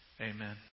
Amen